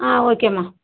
ஆ ஓகேம்மா